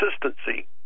consistency